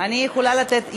אני יכולה לתת,